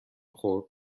خورد